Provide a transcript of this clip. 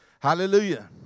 Hallelujah